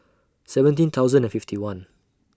seventeen thousand and fifty one